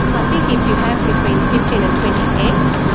so i think if you have between fifteen and twenty eggs,